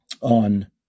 on